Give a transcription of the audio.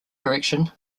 direction